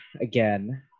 again